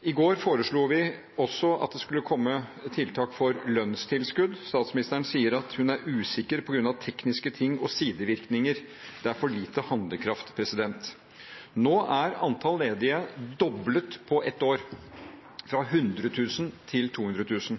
I går foreslo vi at det skulle komme tiltak for lønnstilskudd. Statsministeren sier at hun er usikker på grunn av tekniske ting og sidevirkninger. Det er for lite handlekraft. Nå er antall ledige doblet på ett år, fra 100 000 til 200 000,